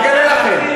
אני אגלה לכם.